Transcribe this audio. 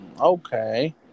Okay